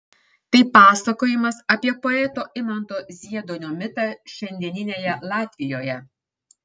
tai pasakojimas apie poeto imanto zieduonio mitą šiandieninėje latvijoje